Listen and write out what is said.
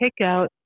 takeout